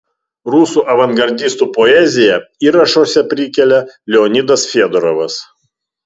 rusų avangardistų poeziją įrašuose prikelia leonidas fedorovas